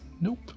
Nope